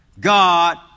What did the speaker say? God